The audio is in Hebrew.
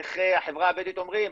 איך החברה הבדואית אומרים?